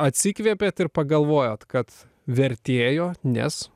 atsikvėpėt ir pagalvojot kad vertėjo nes